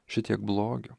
šitiek blogio